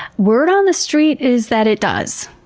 word on the street is that it does.